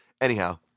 Anyhow